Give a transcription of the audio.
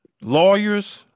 lawyers